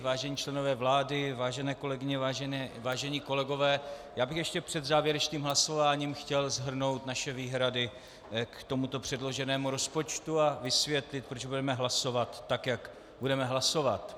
Vážení členové vlády, vážené kolegyně, vážení kolegové, já bych ještě před závěrečným hlasováním chtěl shrnout naše výhrady k tomuto předloženému rozpočtu a vysvětlit, proč budeme hlasovat, tak jak budeme hlasovat.